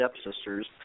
stepsisters